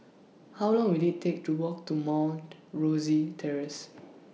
How Long Will IT Take to Walk to Mount Rosie Terrace